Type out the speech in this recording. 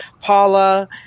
Paula